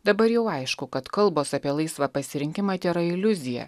dabar jau aišku kad kalbos apie laisvą pasirinkimą tėra iliuzija